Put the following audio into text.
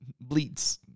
bleats